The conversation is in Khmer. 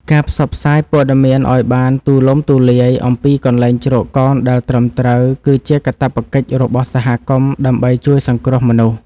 ការផ្សព្វផ្សាយព័ត៌មានឱ្យបានទូលំទូលាយអំពីកន្លែងជ្រកកោនដែលត្រឹមត្រូវ គឺជាកាតព្វកិច្ចរបស់សហគមន៍ដើម្បីជួយសង្គ្រោះមនុស្ស។